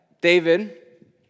David